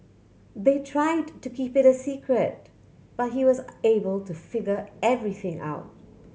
they tried to keep it a secret but he was able to figure everything out